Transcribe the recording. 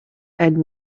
and